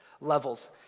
levels